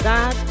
God